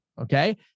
Okay